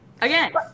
Again